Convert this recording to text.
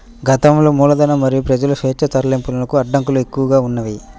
గతంలో మూలధనం మరియు ప్రజల స్వేచ్ఛా తరలింపునకు అడ్డంకులు ఎక్కువగా ఉన్నాయి